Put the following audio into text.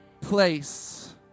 place